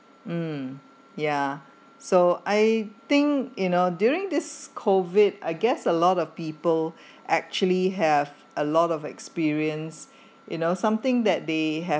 mm ya so I think you know during this COVID I guess a lot of people actually have a lot of experience you know something that they have